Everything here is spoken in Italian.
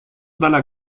dalla